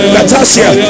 Natasha